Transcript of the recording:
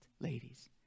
ladies